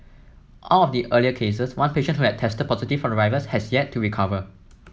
out of the earlier cases one patient who had tested positive for the virus has yet to recover